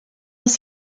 was